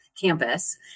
campus